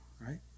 right